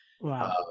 wow